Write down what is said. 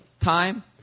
time